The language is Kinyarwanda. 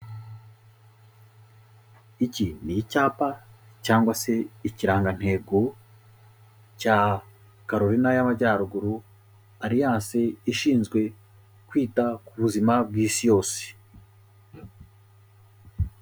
Iki ni icyapa cyangwa se ikirangantego cya Carolina y'Amajyaruguru, Alliance ishinzwe kwita ku buzima bw'Isi yose.